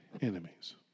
enemies